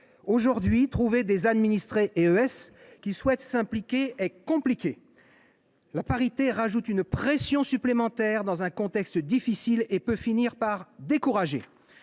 Aujourd’hui, trouver des administrées qui souhaitent s’impliquer est compliqué ! La parité ajoute une pression supplémentaire, dans un contexte difficile, et peut finir par décourager.